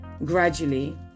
Gradually